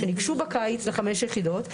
שניגשו בקיץ לחמש יחידות,